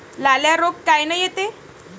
लाल्या रोग कायनं येते?